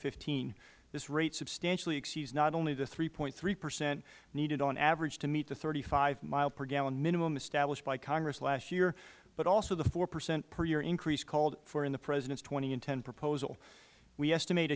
fifteen this rate substantially exceeds not only the three point three percent needed on average to meet the thirty five mile per gallon minimum established by congress last year but also the four percent per year increase called for in the president's two thousand and ten proposal we estimate